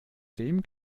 dem